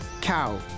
cow